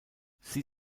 sie